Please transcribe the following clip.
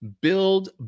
Build